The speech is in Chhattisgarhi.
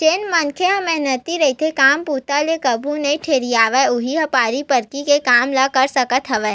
जेन मनखे ह मेहनती रहिथे, काम बूता ले कभू नइ ढेरियावय उहींच ह बाड़ी बखरी के काम ल कर सकत हवय